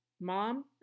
mom